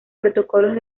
protocolos